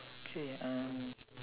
okay uh